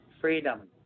freedom